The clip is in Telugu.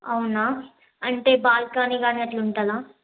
అవునా అంటే బాల్కనీ కానీ అట్లుంటదా